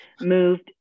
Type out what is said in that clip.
moved